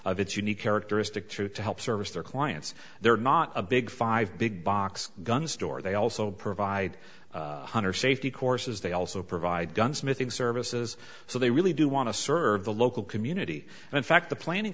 its unique characteristic truth to help service their clients they're not a big five big box gun store they also provide one hundred safety courses they also provide gunsmithing services so they really do want to serve the local community and in fact the planning